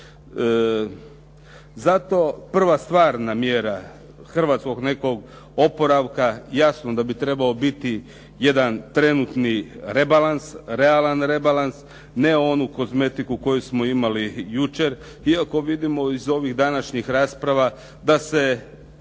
Zato prva stvar namjera hrvatskog nekog oporavka jasno da bi trebao biti jedan trenutni rebalans, realan rebalans, ne onu kozmetiku koju smo imali jučer, iako vidimo iz ovih današnjih rasprava da se